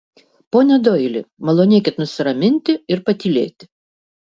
pone doili malonėkit nusiraminti ir patylėti